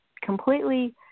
completely